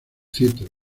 theatre